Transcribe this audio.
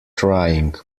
trying